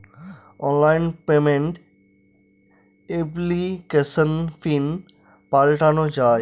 online payment এপ্লিকেশনে pin পাল্টানো যায়